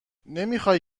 نمیخای